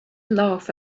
laugh